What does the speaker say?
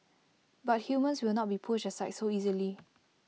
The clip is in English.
but humans will not be pushed aside so easily